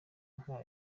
nka